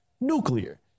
nuclear